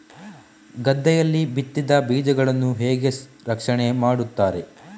ಗದ್ದೆಯಲ್ಲಿ ಬಿತ್ತಿದ ಬೀಜಗಳನ್ನು ಹೇಗೆ ರಕ್ಷಣೆ ಮಾಡುತ್ತಾರೆ?